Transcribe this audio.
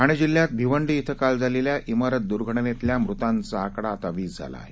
ठाणे जिल्ह्यात भिवंडी इथं काल झालेल्या इमारत दुर्घटनेतील मृतांचा आकडा वीस झाला आहे